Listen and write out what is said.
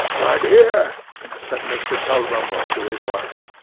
my dear said mr. tulrumble to his wife,